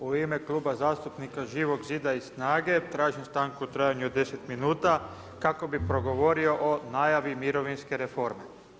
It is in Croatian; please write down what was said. U ime Kluba zastupnika Živog zida i SNAGA-e tražim stanku u trajanju od 10 minuta kako bih progovorio o najavi mirovinske reforme.